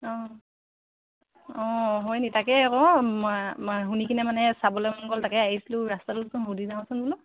অঁ অঁ হয় নেকি তাকে আকৌ শুনি কিনে মানে চাবলৈ মন গ'ল তাকে আহিছিলোঁ ৰাস্তাটোতো শুধি যাওঁচোন বোলো